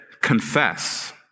confess